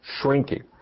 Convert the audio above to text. shrinking